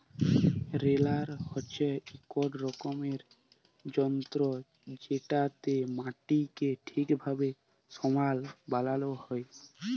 roller হছে ইক রকমের যল্তর যেটতে চাষের মাটিকে ঠিকভাবে সমাল বালাল হ্যয়